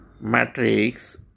matrix